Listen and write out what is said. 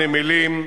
נמלים.